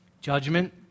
judgment